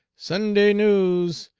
sunday news!